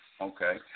okay